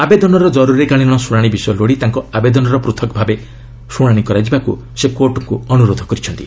ଆବେଦନର ଜରୁରୀକାଳୀନ ଶୁଣାଣି ବିଷୟ ଲୋଡ଼ି ତାଙ୍କ ଆବେଦନର ପୂଥକ୍ ଭାବେ ଶୁଣାଣି କରାଯିବାକୁ ସେ କୋର୍ଟଙ୍କୁ ଅନୁରୋଧ କରିଛନ୍ତି